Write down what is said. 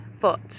foot